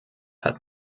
hat